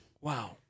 Wow